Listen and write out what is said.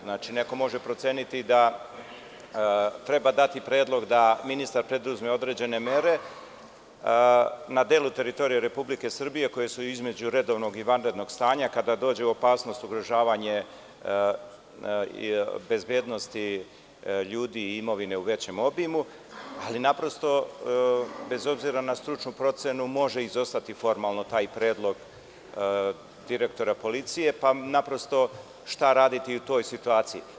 Znači, neko može proceniti da treba dati predlog da ministar preduzme određene mere, na delu teritorije Republike Srbije, koje su između redovnog i vanrednog stanja, kada dođe u opasnost i ugrožavanje bezbednosti ljudi i imovine u većem obimu, ali naprosto, bez obzira na stručnu procenu, može izostati formalno taj predlog direktora policije, pa naprosto šta raditi u toj situaciji?